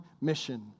mission